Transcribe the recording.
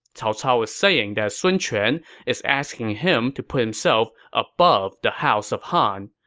cao cao is saying that sun quan is asking him to put himself above the house of han,